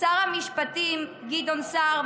לשר המשפטים גדעון סער,